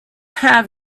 have